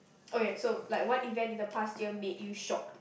okay so like what event in the past year made you shocked